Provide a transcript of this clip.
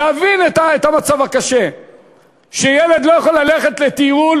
להבין את המצב הקשה שילד לא יכול ללכת לטיול